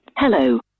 Hello